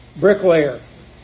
Bricklayer